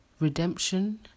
Redemption